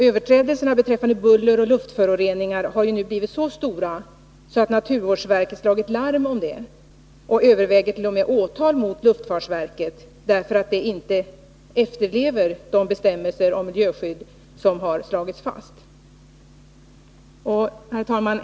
Överträdelserna beträffande buller och luftföroreningar har nu blivit så stora att naturvårdsverket har slagit larm och t.o.m. överväger åtal mot luftfartsverket för att det inte efterlever de bestämmelser om miljöskydd som har slagits fast. Herr talman!